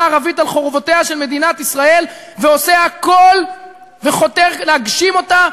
ערבית על חורבותיה של מדינת ישראל ועושה הכול וחותר להגשים אותה,